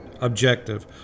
Objective